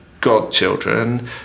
Godchildren